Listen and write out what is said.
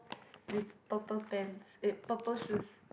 with purple pants eh purple shoes